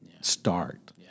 start